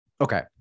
okay